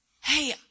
hey